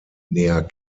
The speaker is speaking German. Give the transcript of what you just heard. näher